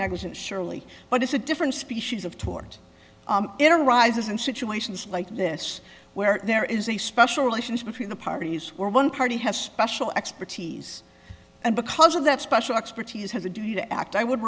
negligent surely but it's a different species of tort it arises in situations like this where there is a special relationship between the parties where one party has special expertise and because of that special expertise has a duty to act i would